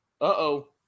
uh-oh